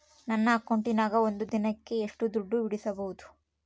ನನ್ನ ಅಕೌಂಟಿನ್ಯಾಗ ಒಂದು ದಿನಕ್ಕ ಎಷ್ಟು ದುಡ್ಡು ಬಿಡಿಸಬಹುದು?